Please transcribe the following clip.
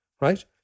right